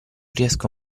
riesco